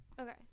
Okay